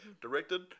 directed